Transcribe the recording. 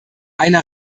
eine